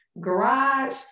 garage